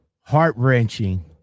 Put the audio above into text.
heart-wrenching